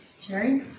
Jerry